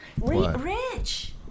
Rich